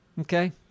Okay